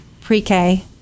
pre-K